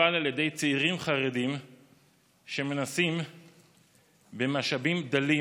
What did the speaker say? מטופל על ידי צעירים חרדים שמנסים במשאבים דלים